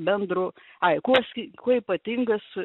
bendro ai kuo ski kuo ypatingas